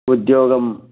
उद्योगम्